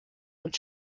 und